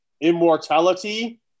immortality